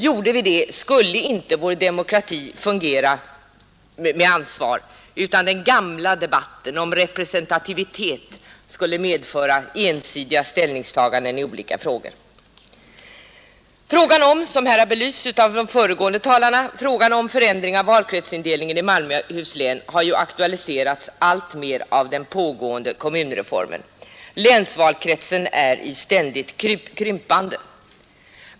Gjorde vi det, skulle inte vår demokrati fungera under ansvar, utan den gamla debatten om representativitet skulle medföra ensidiga ställningstaganden i olika frågor. Frågan — som här har belysts av de föregående talarna — om förändring av valkretsindelningen i Malmöhus län har ju aktualiserats alltmer av den pågående kommunreformen. Länsvalkretsen är i ständigt krympande.